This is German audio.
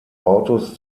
autos